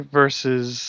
versus